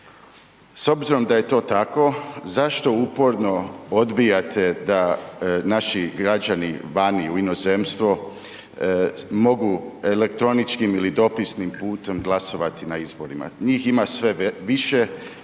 S obzirom da je to tako, zašto uporno odbijate da naši građani vani u inozemstvu mogu elektroničkim ili dopisnim putem glasovati na izborima? Njih ima sve više